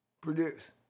produce